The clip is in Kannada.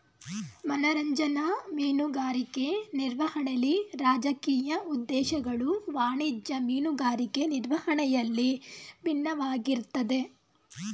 ಮನರಂಜನಾ ಮೀನುಗಾರಿಕೆ ನಿರ್ವಹಣೆಲಿ ರಾಜಕೀಯ ಉದ್ದೇಶಗಳು ವಾಣಿಜ್ಯ ಮೀನುಗಾರಿಕೆ ನಿರ್ವಹಣೆಯಲ್ಲಿ ಬಿನ್ನವಾಗಿರ್ತದೆ